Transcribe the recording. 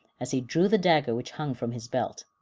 as he drew the dagger which hung from his belt.